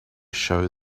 show